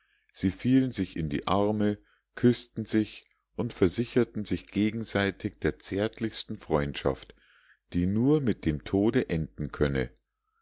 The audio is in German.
sie fielen sich in die arme küßten sich und versicherten sich gegenseitig der zärtlichsten freundschaft die nur mit dem tode enden könne